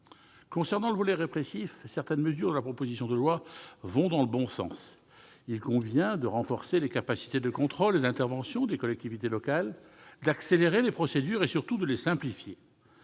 Concernant le volet répressif, certaines mesures de la proposition de loi vont dans le bon sens. Il convient de renforcer les capacités de contrôle et d'intervention des collectivités locales, d'accélérer les procédures et, surtout, de les simplifier.